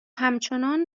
همچنان